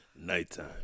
Nighttime